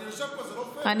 הם חוזרים על עצמם.